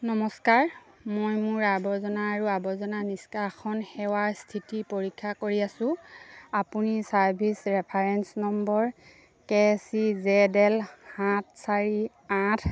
নমস্কাৰ মই মোৰ আৱৰ্জনা আৰু আৱৰ্জনা নিষ্কাশন সেৱাৰ স্থিতি পৰীক্ষা কৰি আছোঁ আপুনি service reference number K C Z L সাত চাৰি আঠ